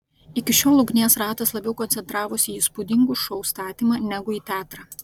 iki šiol ugnies ratas labiau koncentravosi į įspūdingų šou statymą negu į teatrą